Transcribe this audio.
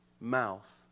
mouth